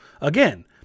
Again